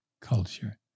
culture